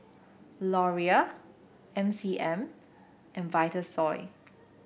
Laurier M C M and Vitasoy